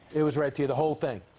it was read to you, the whole thing?